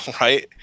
right